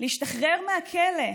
להשתחרר מהכלא,